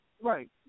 right